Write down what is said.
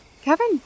Kevin